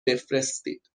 بفرستید